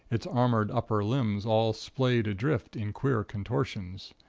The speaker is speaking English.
its armored upper limbs all splayed adrift in queer contortions.